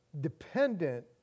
dependent